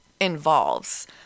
involves